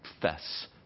confess